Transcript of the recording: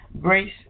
grace